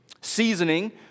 seasoning